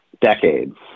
decades